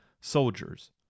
soldiers